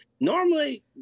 Normally